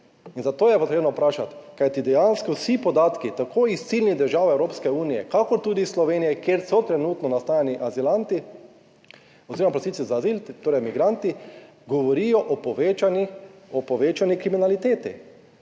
zato je potrebno vprašati, kajti dejansko vsi podatki, tako iz ciljnih držav Evropske unije, kakor tudi iz Slovenije, kjer so trenutno nastanjeni azilanti, oziroma prosilci za azil, torej migranti, govorijo o povečani kriminaliteti,